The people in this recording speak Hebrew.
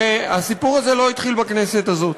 הרי הסיפור הזה לא התחיל בכנסת הזאת.